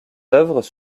œuvres